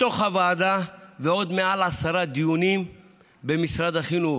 בתוך הוועדה, ועוד מעל עשרה דיונים במשרד החינוך,